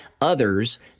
others